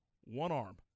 one-arm